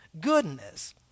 goodness